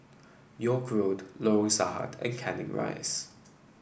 York Road Lorong Sahad and Canning Rise